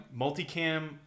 Multicam